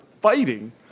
fighting